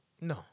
No